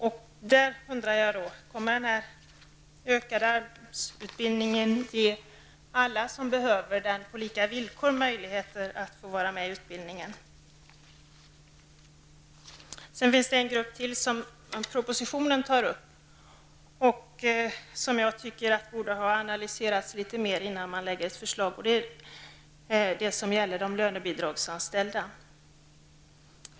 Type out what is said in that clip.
Jag undrar om den ökade AMS utbildningen kommer att ge alla som behöver den möjlighet att på lika villkor vara med i utbildningen. Det finns en annan grupp som propositionen tar upp och som jag tycker borde ha analyserats mer innan man lägger ett förslag. Det gäller de lönebidragsanställda.